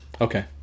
Okay